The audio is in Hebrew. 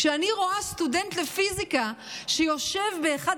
כשאני רואה סטודנט לפיזיקה שיושב באחד